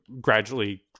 gradually